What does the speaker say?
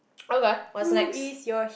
okay what's next